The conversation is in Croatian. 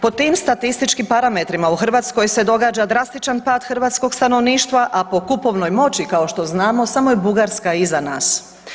Po tim statističkim parametrima, u Hrvatskoj se događa drastičan pad hrvatskog stanovništva, a po kupovnoj moći, kao što znamo, samo je Bugarska iza nas.